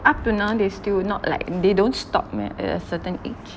up to now they still not like they don't stop meh at a certain age